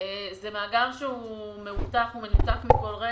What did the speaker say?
ויכולים להגיד שהמאגר הביומטרי מאובטח ומנותק מכל רשת,